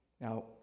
Now